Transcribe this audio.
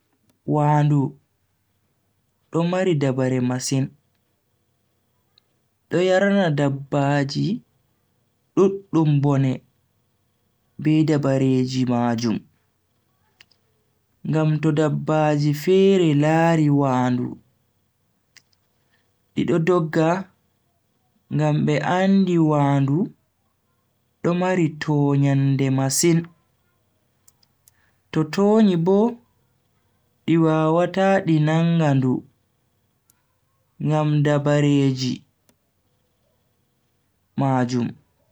Wandu do marii dabare masin, do yarna dabbaji duddum bone be dabareji majum. ngam to ndabbaji fere lari wandu, di do dogga ngam be andi wandu do mari toyande masin, to tonyi Bo di wawata di nanga ndu ngam dabareeji majum.